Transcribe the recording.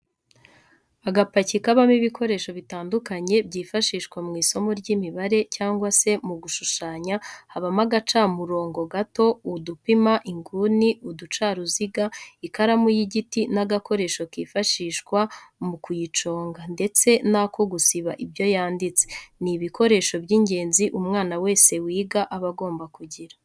Agapaki kabamo ibikoresho bitandukanye byifashishwa mw'isomo ry'imibare cyangwa se mu gushushanya habamo agacamurobo gato, udupima inguni, uducaruziga ,ikaramu y'igiti n'agakoresho kifashishwa mu kuyiconga ndetse n'ako gusiba ibyo yanditse, ni ibikoresho by'ingenzi umwana wese wiga aba agomba kugira.